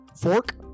fork